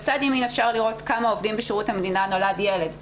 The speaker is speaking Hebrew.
בצד ימין אפשר לראות לכמה עובדים בשירות המדינה נולד ילד ב-2018,